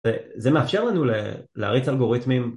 וזה מאפשר לנו להריץ אלגוריתמים